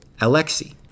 Alexei